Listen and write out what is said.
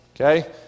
Okay